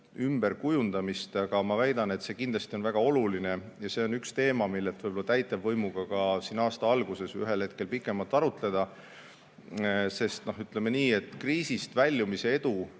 ümberkujundamist. Aga ma väidan, et see on kindlasti väga oluline, ja see on üks teema, mille üle võiks ka koos täitevvõimuga siin aasta alguses ühel hetkel pikemalt arutleda. Ütleme nii, et kriisist väljumise edu